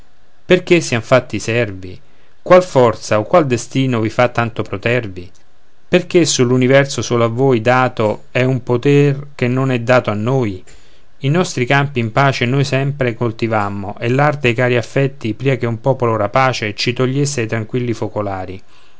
perché siam fatti servi qual forza o qual destino vi fa tanto protervi perché sull'universo solo a voi dato è un poter che non è dato a noi i nostri campi in pace noi sempre coltivammo e l'arte e i cari affetti pria che un popolo rapace ci togliesse ai tranquilli focolari